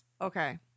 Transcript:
Okay